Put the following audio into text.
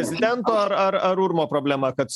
prezidento ar ar ar urmo problema kad